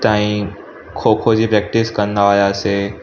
ताईं खो खो जी प्रैक्टिस कंदा हुआसीं